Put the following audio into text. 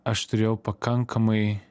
aš turėjau pakankamai